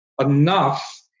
enough